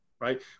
right